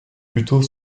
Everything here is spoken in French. plutôt